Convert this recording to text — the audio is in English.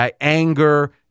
Anger